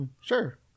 Sure